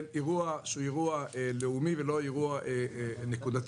אירוע שהוא אירוע לאומי ולא אירוע נקודתי.